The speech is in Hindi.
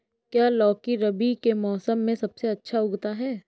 क्या लौकी रबी के मौसम में सबसे अच्छा उगता है?